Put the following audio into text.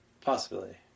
Possibility